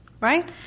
Right